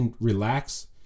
relax